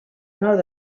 nord